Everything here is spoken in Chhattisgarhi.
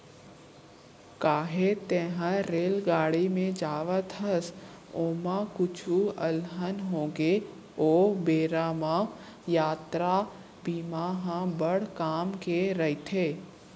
काहे तैंहर रेलगाड़ी म जावत हस, ओमा कुछु अलहन होगे ओ बेरा म यातरा बीमा ह बड़ काम के रइथे